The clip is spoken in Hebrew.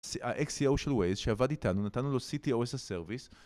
ה-XCO של וייז שעבד איתנו נתנו לו CTO איזה סרוויס